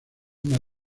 una